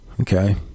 Okay